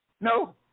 No